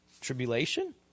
Tribulation